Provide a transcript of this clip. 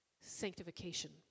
sanctification